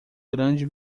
grande